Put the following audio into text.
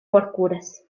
forkuras